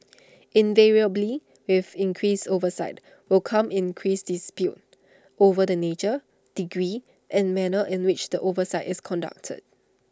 invariably with increased oversight will come increased disputes over the nature degree and manner in which the oversight is conducted